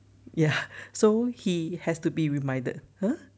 ya so he has to be reminded !huh!